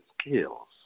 skills